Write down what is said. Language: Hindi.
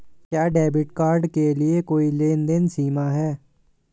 क्या डेबिट कार्ड के लिए कोई लेनदेन सीमा है?